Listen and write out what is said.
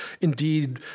indeed